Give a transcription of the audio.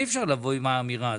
אי אפשר לבוא עם האמירה הזאת.